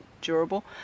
durable